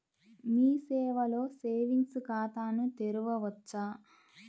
మీ సేవలో సేవింగ్స్ ఖాతాను తెరవవచ్చా?